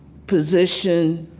position,